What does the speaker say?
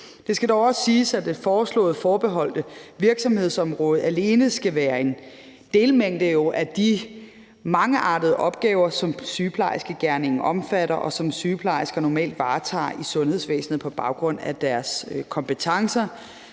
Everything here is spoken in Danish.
Det skal dog også siges, at det foreslåede forbeholdte virksomhedsområde alene skal være en delmængde af de mangeartede opgaver, som sygeplejegerningen omfatter, og som sygeplejersker normalt varetager i sundhedsvæsenet på baggrund af deres kompetencer.